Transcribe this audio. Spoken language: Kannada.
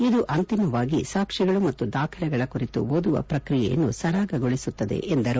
ಇದು ಅಂತಿಮವಾಗಿ ಸಾಕ್ಷ್ಟಗಳು ಮತ್ತು ದಾಖಲೆಗಳ ಕುರಿತು ಓದುವ ಪ್ರಕ್ರಿಯೆಯನ್ನು ಸರಾಗಗೊಳಿಸುತ್ತದೆ ಎಂದರು